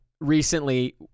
recently